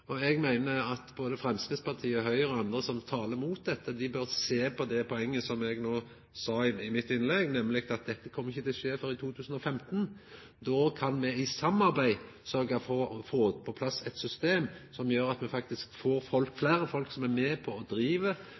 no. Eg meiner at både Framstegspartiet, Høgre og andre som talar mot dette, bør sjå på det poenget som eg no nemnde i mitt innlegg, nemleg at dette kjem ikkje til å skje før i 2015. Då kan me i samarbeid sørgja for å få på plass eit system som gjer at me faktisk får fleire folk med på å driva sjølve stemmedagen, me får faktisk fleire engasjerte til å driva valkampen, og